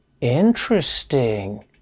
Interesting